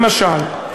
למשל,